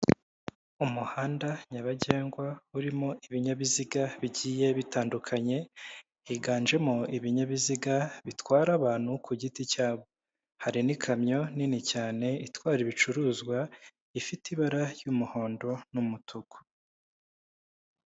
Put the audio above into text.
Umuhanda nyabagendwa urimo ibinyabiziga bigiye bitandukanye, higanjemo ibinyabiziga bitwara abantu ku giti cyabo. Hari n'ikamyo nini cyane itwara ibicuruzwa, ifite ibara ry'umuhondo n'umutuku.